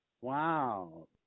Wow